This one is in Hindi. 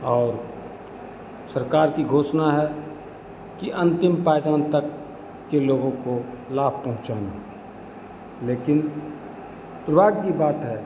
और सरकार की घोषणा है कि अंतिम पायदान तक के लोगों को लाभ पहुँचाने का लेकिन दुर्भाग्य की बात है